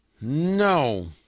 No